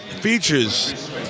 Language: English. features